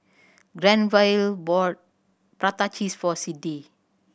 Granville bought prata cheese for Siddie